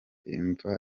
imva